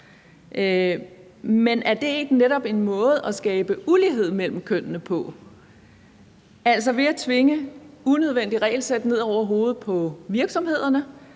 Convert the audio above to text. Men er det ikke netop en måde at skabe ulighed mellem kønnene på, altså at tvinge unødvendige regelsæt ned over hovedet på virksomhederne,